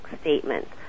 statements